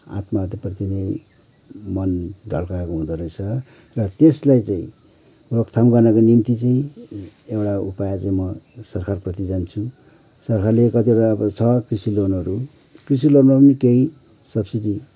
आत्महत्या प्रति नै मन ढलकाएको हुँदो रहेछ र त्यसलाई चाहिँ रोकथाम गर्नको निम्ति चाहिँ एउटा उपाय चाहिँ म सरकारप्रति जान्छु सरकाले कतिवटा अब छ कृषि लोनहरू कृषि लोनमा पनि केही सब्सिडी